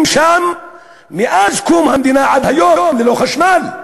שם מאז קום המדינה ועד היום ללא חשמל,